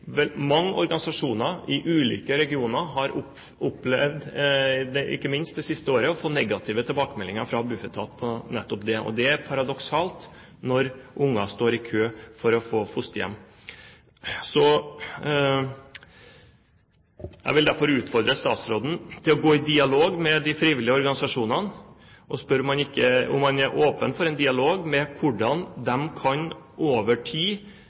mange organisasjoner i ulike regioner har opplevd, ikke minst det siste året, å få negative tilbakemeldinger fra Bufetat på nettopp det, og det er paradoksalt når barn står i kø for å få fosterhjem. Jeg vil derfor utfordre statsråden til å gå i dialog med de frivillige organisasjonene og spørre om han er åpen for en dialog om hvordan de over tid